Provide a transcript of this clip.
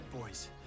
boys